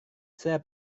saya